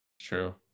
True